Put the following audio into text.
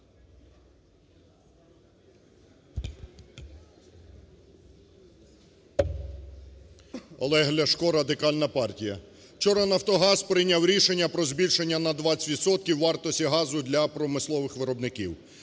Олег Ляшко, Радикальна партія. Вчора "Нафтогаз" прийняв рішення про збільшення на 20 відсотків вартості газу для промислових виробників.